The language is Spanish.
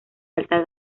alta